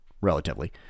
relatively